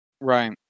right